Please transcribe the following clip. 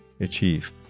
achieve